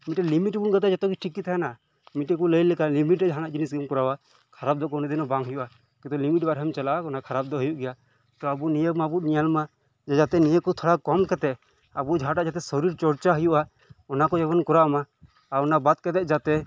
ᱢᱤᱫ ten limit ᱵᱚᱱ ᱟᱜᱩᱭᱟ ᱛᱟᱦᱞᱮ ᱡᱷᱚᱛᱚᱜᱮ ᱴᱷᱤᱠ ᱜᱮ ᱛᱟᱦᱮᱱᱟ ᱢᱤᱫ ᱴᱮᱱ ᱠᱚ ᱞᱟᱹᱭ ᱞᱮᱠᱟ ᱞᱤᱢᱤᱴ ᱨᱮ ᱡᱟᱦᱟᱱᱟᱜ ᱡᱤᱱᱤᱥ ᱜᱮᱢ ᱠᱚᱨᱟᱣᱟ ᱠᱷᱟᱨᱟᱯ ᱫᱚ ᱠᱳᱱᱫᱤᱱᱚ ᱵᱟᱝ ᱦᱳᱭᱳᱜᱼᱟ ᱡᱩᱫᱤ ᱞᱤᱢᱤᱴ ᱵᱟᱦᱨᱮᱢ ᱪᱟᱞᱟᱜᱼᱟ ᱚᱱᱟ ᱠᱷᱟᱨᱟᱯ ᱫᱚ ᱦᱳᱭᱳᱜ ᱜᱮᱭᱟ ᱛᱚ ᱟᱵᱚ ᱱᱤᱭᱟᱹ ᱢᱟᱵᱚᱱ ᱧᱮᱞ ᱢᱟ ᱡᱮ ᱡᱟᱛᱮ ᱱᱤᱭᱟᱹ ᱠᱚ ᱛᱷᱚᱲᱟ ᱠᱚᱢ ᱠᱟᱛᱮᱫ ᱟᱵᱚ ᱡᱟᱦᱟᱸᱴᱟᱜ ᱡᱟᱛᱮ ᱥᱚᱨᱤᱨ ᱪᱚᱨᱪᱟ ᱦᱳᱭᱳᱜᱼᱟ ᱚᱱᱟ ᱠᱚ ᱡᱚᱠᱷᱚᱱᱮᱢ ᱠᱚᱨᱟᱣᱟ ᱟᱨ ᱚᱱᱟ ᱵᱟᱫᱽ ᱠᱟᱛᱮᱫ ᱡᱟᱛᱮ